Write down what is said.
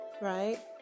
right